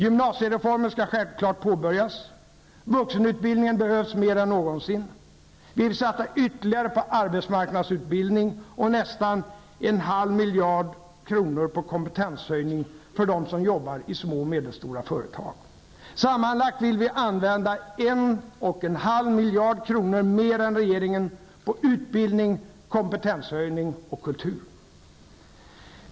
Gymnasiereformen skall självfallet påbörjas. Vuxenutbildningen behövs mer än någonsin. Och vi vill satsa ytterligare på arbetsmarknadsutbildning och nästan en halv miljard kronor på kompetenshöjning för dem som jobbar i små och medelstora företag. Sammanlagt vill vi använda 1,5 miljarder kronor mer än regeringen på utbildning, kompetenshöjning och kultur.